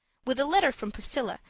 with a letter from priscilla,